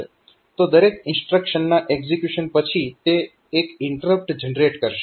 તો દરેક ઇન્સ્ટ્રક્શનના એકઝીક્યુશન પછી તે એક ઇન્ટરપ્ટ જનરેટ કરશે